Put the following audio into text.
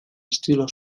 estilo